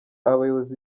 abayobozi